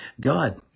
God